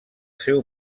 seu